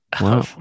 wow